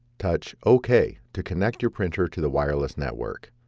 touch ok to connect your printer to the wireless network.